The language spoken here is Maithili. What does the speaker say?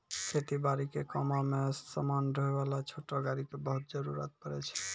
खेती बारी के कामों मॅ समान ढोय वाला छोटो गाड़ी के बहुत जरूरत पड़ै छै